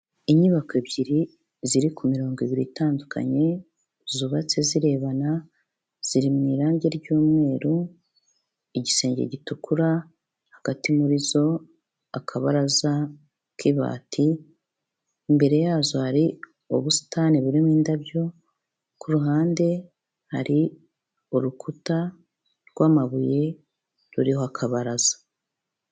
Inyubako ebyiri ziri ku mirongo ibiri itandukanye zubatse zirebana ziri mu irangi ry'umweru igisenge gitukura hagati muri zo akabaraza k'ibati imbere yazo hari ubusitani burimo indabyo ku ruhande hari urukuta rw'amabuye ruriho akabaraza.